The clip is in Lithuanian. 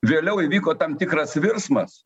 vėliau įvyko tam tikras virsmas